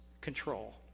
control